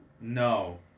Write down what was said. No